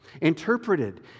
interpreted